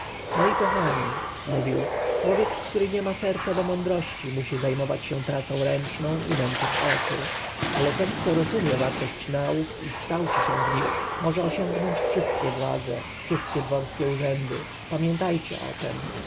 nauki moi kochani mówił człowiek który nie ma serca do mądrości musi zajmować się pracą ręczną i męczyć oczy ale ten kto rozumie wartość nauk i kształci się w nich może osiągnąć wszystkie władze wszystkie dworskie urzędy pamiętajcie o tem